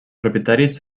propietaris